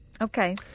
Okay